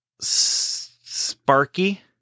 Sparky